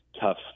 tough